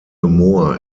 moor